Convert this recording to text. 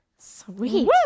Sweet